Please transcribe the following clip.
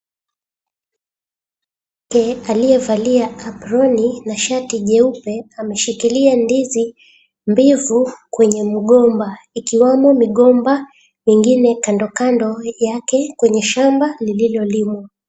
Mwanamke aliyevalia aproni na shati jeupe ameshikilia ndizi mbivu kwenye mgomba ikiwemo migomba ingine kando kando yake kwenye shamba lililolimwa.